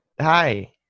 Hi